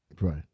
Right